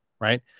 right